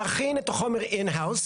להכין את החומר in house,